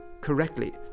correctly